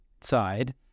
side